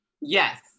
Yes